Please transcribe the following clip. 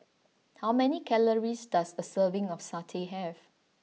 how many calories does a serving of Satay have